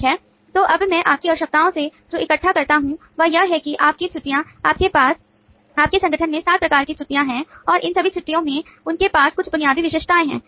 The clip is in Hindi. ठीक है तो अब मैं आपकी आवश्यकताओं से जो इकट्ठा करता हूं वह यह है कि आपके छुट्टियां आपके पास आपके संगठन में 7 प्रकार के छुट्टियां हैं और इन सभी छुट्टियो में उनके पास कुछ बुनियादी विशेषताएं हैं